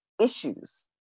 issues